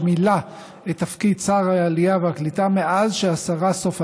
שמילא את תפקיד שר העלייה והקליטה מאז שהשרה סופה